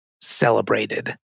celebrated